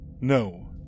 No